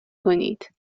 کنید